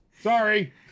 Sorry